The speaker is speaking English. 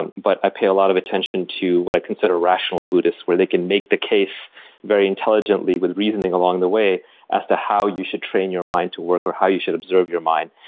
and but i pay a lot of attention to what i consider rational buddhists where they can make the case very intelligently with reasoning along the way as to how you should train your mind to work, or how you should observe your mind.